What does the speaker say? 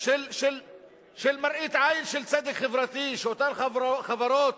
של מראית עין של צדק חברתי שאותן חברות